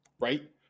right